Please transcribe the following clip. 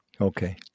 okay